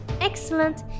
excellent